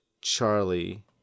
Charlie